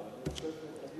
אבל אני רוצה שתגידי,